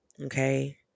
Okay